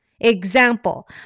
Example